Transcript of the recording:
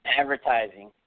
Advertising